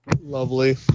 Lovely